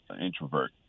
introvert